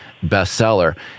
bestseller